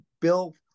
Bill